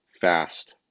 fast